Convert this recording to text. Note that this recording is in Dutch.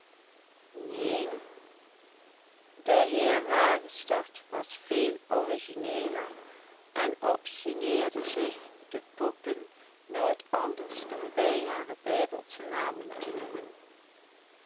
neen de heer wagestert was veel origineeler en obstineerde zich de poppen nooit anders dan bij hare bijbelsche namen te noemen